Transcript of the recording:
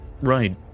Right